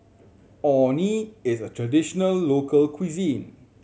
Orh Nee is a traditional local cuisine